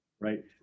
right